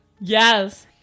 Yes